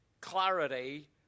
clarity